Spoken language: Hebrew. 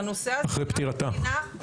אחרי פטירתה.